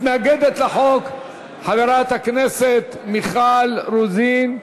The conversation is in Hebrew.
מתנגדת לחוק, חברת הכנסת מיכל רוזין.